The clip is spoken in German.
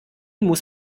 muss